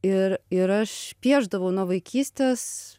ir ir aš piešdavau nuo vaikystės